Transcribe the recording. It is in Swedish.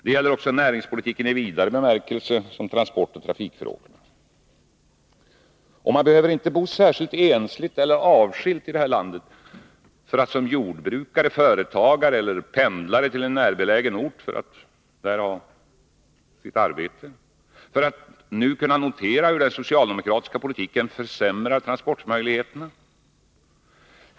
Det gäller näringspolitiken i vidare bemärkelse som transportoch trafikfrågorna. Man behöver inte bo särskilt ensligt eller avskilt i vårt land för att som jordbrukare eller företagare — det gäller också den som pendlar till sitt arbete på en närbelägen ort — nu kunna konstatera hur den socialdemokratiska politiken försämrar transportmöjligheterna.